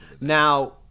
Now